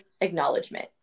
acknowledgement